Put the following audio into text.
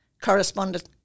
correspondent